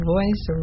Voice